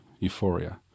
euphoria